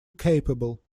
capable